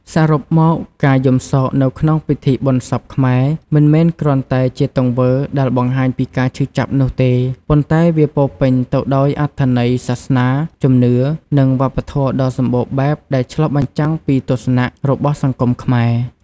សរុបមក ការយំសោកនៅក្នុងពិធីបុណ្យសពខ្មែរមិនមែនគ្រាន់តែជាទង្វើដែលបង្ហាញពីការឈឺចាប់នោះទេ ប៉ុន្តែវាពោរពេញទៅដោយអត្ថន័យសាសនា ជំនឿ និងវប្បធម៌ដ៏សម្បូរបែបដែលឆ្លុះបញ្ចាំងពីទស្សនៈ របស់សង្គមខ្មែរ។